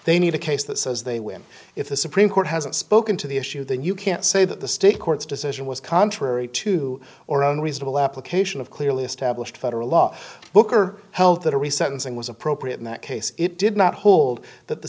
they need a case that says they win if the supreme court hasn't spoken to the issue then you can't say that the state court's decision was contrary to or unreasonable application of clearly established federal law book or health that a reset and was appropriate in that case it did not hold that the